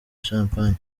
champagne